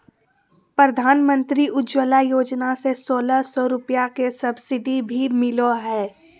प्रधानमंत्री उज्ज्वला योजना से सोलह सौ रुपया के सब्सिडी भी मिलो हय